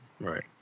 Right